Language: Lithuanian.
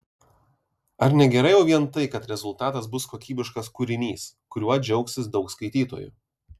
ar ne gerai jau vien tai kad rezultatas bus kokybiškas kūrinys kuriuo džiaugsis daug skaitytojų